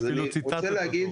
אני רוצה להגיד